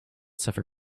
suffer